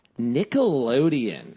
Nickelodeon